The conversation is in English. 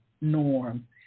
norm